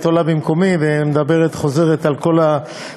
היית עולה במקומי וחוזרת על כל הסופרלטיבים.